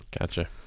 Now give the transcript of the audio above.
gotcha